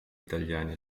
italiani